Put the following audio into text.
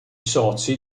soci